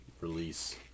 release